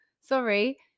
Sorry